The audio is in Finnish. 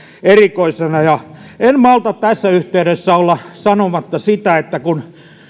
erikoiselta ja en malta tässä yhteydessä olla sanomatta sitä kun